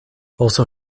also